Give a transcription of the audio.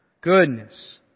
goodness